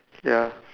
ya